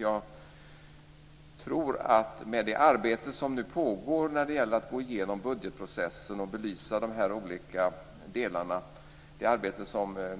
Jag tror att med det arbete som nu pågår när det gäller att gå igenom budgetprocessen och belysa de olika delarna - det arbete som